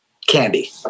candy